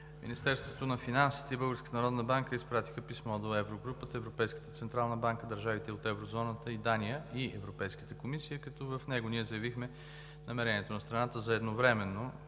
Министерството на финансите и Българската народна банка изпратиха писмо до Еврогрупата, Европейската централна банка, държавите от еврозоната и Дания, и Европейската комисия, като в него ние заявихме намерението на страната за едновременно